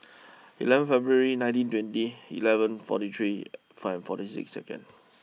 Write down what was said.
eleven February nineteen twenty eleven forty three five forty six